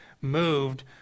moved